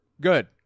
good